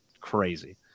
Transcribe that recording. crazy